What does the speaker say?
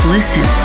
Listen